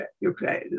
Ukraine